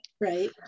right